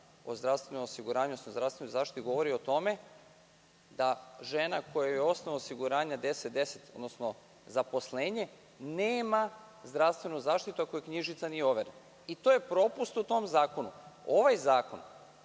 o zdravstvenom osiguranju, odnosno zdravstvenoj zaštiti jasno govori o tome da žena kojoj je osnov osiguranja 1010, odnosno zaposlenje, nema zdravstvenu zaštitu ako joj knjižica nije overena i to je propust u tom zakonu. Ovaj zakon